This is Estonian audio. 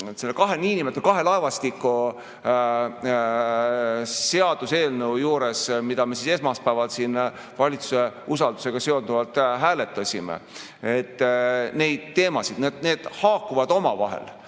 palju rohkem selle kahe laevastiku seaduseelnõu juures, mida me esmaspäeval siin valitsuse usaldusega seonduvalt hääletasime, neid teemasid. Nii et need haakuvad omavahel